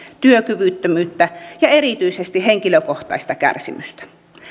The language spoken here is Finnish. työkyvyttömyyttä ja erityisesti henkilökohtaista kärsimystä